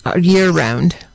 year-round